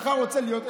רוצה להיות,